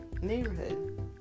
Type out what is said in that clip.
neighborhood